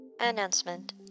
Announcement